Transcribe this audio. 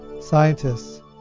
Scientists